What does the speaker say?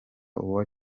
uwa